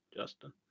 Justin